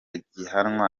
gihanwa